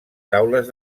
taules